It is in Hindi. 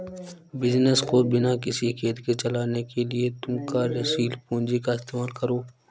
बिज़नस को बिना किसी खेद के चलाने के लिए तुम कार्यशील पूंजी का इस्तेमाल करो